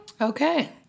Okay